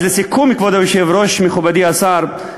אז לסיכום, כבוד היושב-ראש, מכובדי השר,